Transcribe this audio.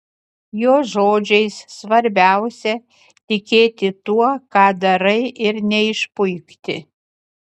jo žodžiais svarbiausia tikėti tuo ką darai ir neišpuikti